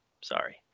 Sorry